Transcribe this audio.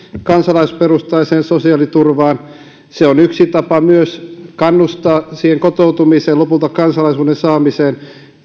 kansalaisuusperusteiseen sosiaaliturvaan se on yksi tapa myös kannustaa siihen kotoutumiseen ja lopulta kansalaisuuden saamiseen